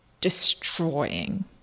destroying